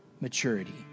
maturity